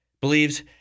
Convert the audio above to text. believes